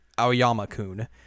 Aoyama-kun